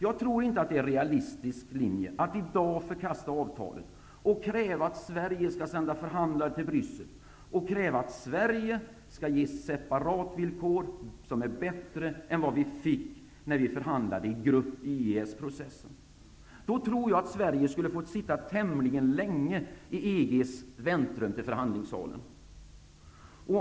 Jag tror inte att det är en realistisk linje att i dag förkasta avtalet och kräva att Sverige skall sända förhandlare till Bryssel och kräva att Sverige skall ges separatvillkor som är bättre än vad vi fick när vi förhandlade i grupp i Då tror jag att Sverige skulle få sitta tämligen länge i EG:s väntrum till förhandlingssalen.